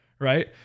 Right